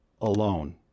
alone